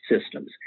systems